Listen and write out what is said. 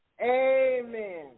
Amen